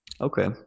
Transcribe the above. Okay